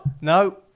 no